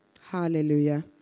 Hallelujah